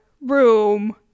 room